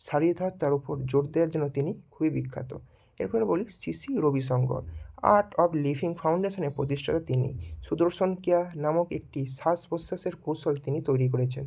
ওপর জোর দেওয়ার জন্য তিনি খুবই বিখ্যাত এর পরে বলি Shri Shri Ravishankar art of living ফাউন্ডেশানের প্রতিষ্ঠাতা তিনি সুদর্শন ক্রিয়া নামক একটি শ্বাস প্রশ্বাসের কৌশল তিনি তৈরি করেছেন